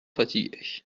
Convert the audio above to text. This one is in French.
fatiguée